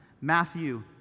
Matthew